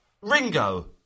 Ringo